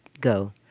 go